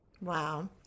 Wow